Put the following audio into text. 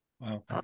Wow